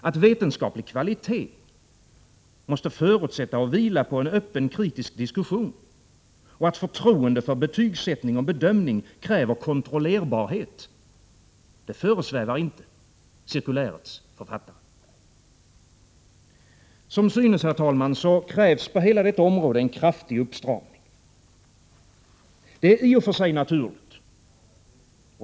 Att vetenskaplig kvalitet måste förutsätta och vila på en öppen, kritisk diskussion och att förtroende för betygsättning och bedömning kräver kontrollerbarhet föresvävar inte cirkulärets författare. Som synes, herr talman, krävs det på hela detta område en kraftig uppstramning. Det är i och för sig naturligt.